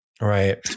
right